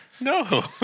No